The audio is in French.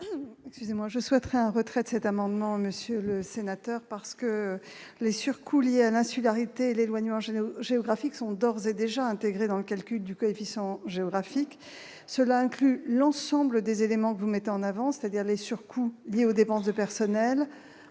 Je souhaite un retrait de cet amendement, monsieur le sénateur. En effet, les surcoûts liés à l'insularité et l'éloignement géographiques sont d'ores et déjà intégrés dans le calcul du coefficient géographique. Cela inclut l'ensemble des éléments qui sont mis en avant, c'est-à-dire les surcoûts liés aux dépenses de personnel,